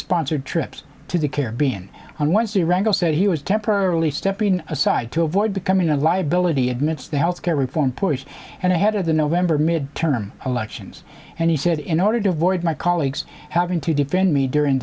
sponsored trips to the caribbean on wednesday rango said he was temporarily stepping aside to avoid becoming a liability admits the health care reform push and ahead of the november midterm elections and he said in order to avoid my colleagues having to defend me during